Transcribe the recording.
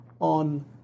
on